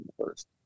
first